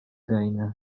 кайнӑ